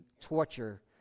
torture